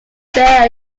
bear